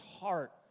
heart